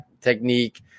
technique